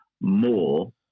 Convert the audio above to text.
more